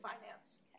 finance